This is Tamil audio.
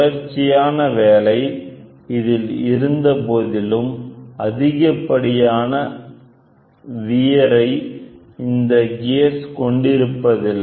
தொடர்ச்சியான வேலை இதில் இருந்தபோதிலும் அதிகப்படியான வியர் ஐஇந்த கியர் கொண்டிருப்பதில்லை